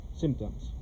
Symptoms